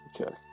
Okay